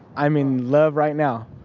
i'm in love right now.